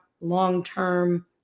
long-term